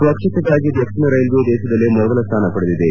ಸ್ವಚ್ಞತೆಗಾಗಿ ದಕ್ಷಿಣ ರೈಲ್ವೆ ದೇಶದಲ್ಲೇ ಮೊದಲ ಸ್ವಾನ ಪಡೆದಿದೆ